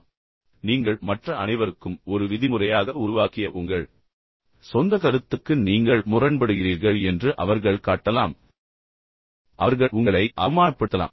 நீங்கள் உங்கள் கருத்தை மாற்றியிருக்கலாம் பின்னர் நீங்கள் மற்ற அனைவருக்கும் ஒரு விதிமுறையாக உருவாக்கிய உங்கள் சொந்த கருத்துக்கு நீங்கள் முரண்படுகிறீர்கள் என்று அவர்கள் காட்டலாம் மேலும் நீங்கள் அந்த விதிமுறையை மீறுகிறீர்கள் மீண்டும் அவர்கள் உங்களை அவமானப்படுத்தலாம்